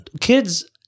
Kids